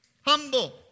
Humble